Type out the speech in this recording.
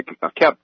kept